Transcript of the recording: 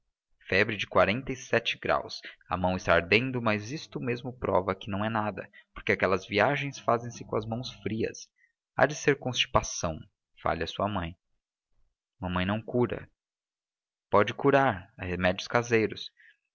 febre de quarenta e sete graus a mão está ardendo mas isto mesmo prova que não é nada porque aquelas viagens fazem-se com as mãos frias há de ser constipação fale a sua mãe mamãe não cura pode curar há remédios caseiros